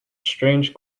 strange